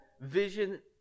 Vision